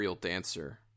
dancer